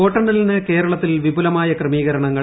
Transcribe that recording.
വോട്ടെണ്ണലിന് കേരളത്തിൽ വിപ്പുലമായ ക്രമീകരണങ്ങൾ